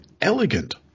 elegant